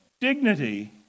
dignity